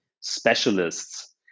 specialists